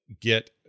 get